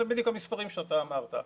אלה בדיוק המספרים שאתה אמרת.